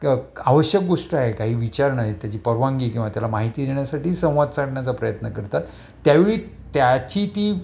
क आवश्यक गोष्ट आहे काही विचार नाही त्याची परवानगी किंवा त्याला माहिती देण्यासाठी संवाद साधण्याचा प्रयत्न करतात त्यावेळी त्याची ती